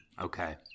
Okay